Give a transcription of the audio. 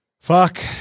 Fuck